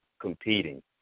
competing